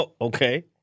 Okay